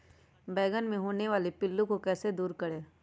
बैंगन मे होने वाले पिल्लू को कैसे दूर करें?